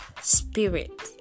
spirit